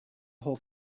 whole